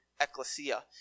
ecclesia